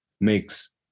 makes